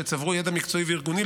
שצברו ידע מקצועי וארגוני,